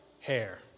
hair